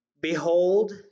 Behold